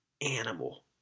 animal